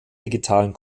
digitalen